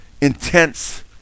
intense